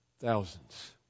Thousands